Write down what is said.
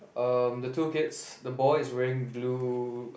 um the two kids the boy is wearing blue